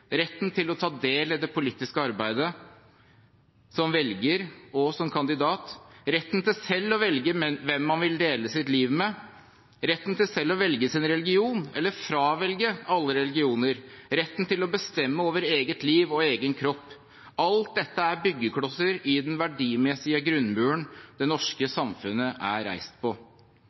retten til å ta del i det politiske arbeidet – som velger og som kandidat – retten til selv å velge hvem man vil dele sitt liv med, retten til selv å velge sin religion, eller fravelge alle religioner, og retten til å bestemme over eget liv og egen kropp. Alt dette er byggeklosser i den verdimessige grunnmuren det norske samfunnet er reist på.